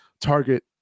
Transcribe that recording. target